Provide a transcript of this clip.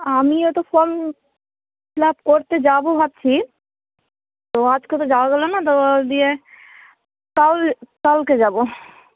আমিও তো form fill up করতে যাবো ভাবছি তো আজকে তো যাওয়া হলো না তো দিয়ে কাল কালকে যাবো